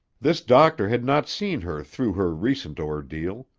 this doctor had not seen her through her recent ordeal.